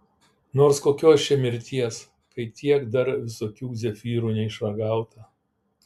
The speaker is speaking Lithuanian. nors kokios čia mirties kai tiek dar visokių zefyrų neišragauta